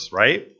right